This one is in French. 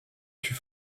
fut